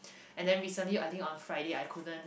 and then recently I think on Friday I couldn't